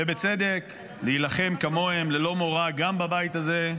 ובצדק, להילחם כמוהם, ללא מורא, גם בבית הזה,